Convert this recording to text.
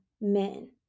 men